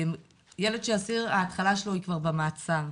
ילד של אסיר, ההתחלה שלו היא כבר במעצר,